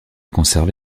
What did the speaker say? conserve